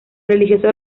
religiosos